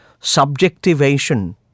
subjectivation